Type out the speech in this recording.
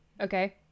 Okay